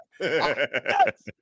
Yes